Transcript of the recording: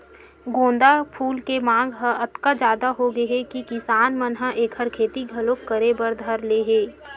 गोंदा फूल के मांग ह अतका जादा होगे हे कि किसान मन ह एखर खेती घलो करे बर धर ले हे